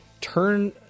turn